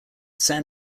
san